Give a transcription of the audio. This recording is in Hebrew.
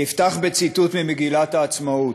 אני אפתח בציטוט ממגילת העצמאות: